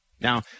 Now